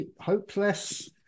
Hopeless